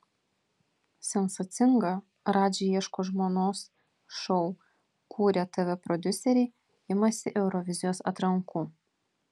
sensacingą radži ieško žmonos šou kūrę tv prodiuseriai imasi eurovizijos atrankų